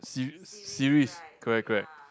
se~ series correct correct